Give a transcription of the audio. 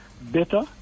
better